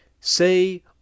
say